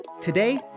Today